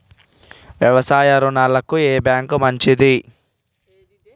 వ్యవసాయ రుణాలకు ఏ బ్యాంక్ మంచిది?